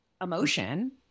emotion